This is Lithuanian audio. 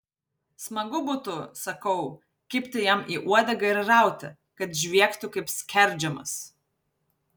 smagu būtų sakau kibti jam į uodegą ir rauti kad žviegtų kaip skerdžiamas